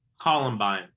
Columbine